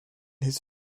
his